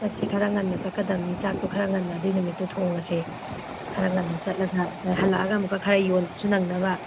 ꯆꯠꯁꯤ ꯈꯔ ꯉꯟꯅ ꯆꯠꯀꯗꯃꯤ ꯆꯥꯛꯇꯣ ꯈꯔ ꯉꯟꯅ ꯑꯗꯨꯒꯤ ꯅꯨꯃꯤꯠꯇꯣ ꯊꯣꯡꯉꯁꯦ ꯈꯔ ꯉꯟꯅ ꯆꯠꯂꯒ ꯑꯗ ꯍꯜꯂꯛꯑꯒ ꯑꯃꯨꯛꯀ ꯈꯔ ꯌꯣꯟꯕꯁꯨ ꯅꯪꯅꯕ